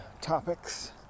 topics